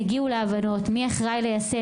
תגיעו להבנות מי אחראי ליישם,